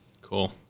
Cool